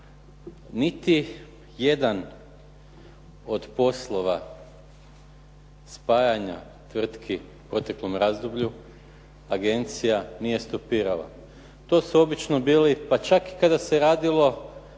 niti jedan od poslova spajanja tvrtki u proteklom razdoblju agencija nije stopirala. To su obično bili pa čak i kada se radilo